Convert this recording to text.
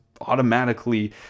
automatically